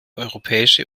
europäische